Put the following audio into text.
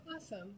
Awesome